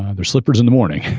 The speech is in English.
their slippers in the morning.